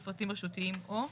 מפרטים רשותיים או".